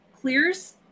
clears